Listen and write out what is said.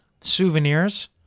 souvenirs